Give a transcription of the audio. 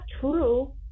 true